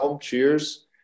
Cheers